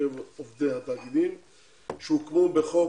ושל יוצאי אתיופיה בקרב עובדי התאגידים שהוקמו בחוק,